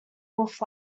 wolf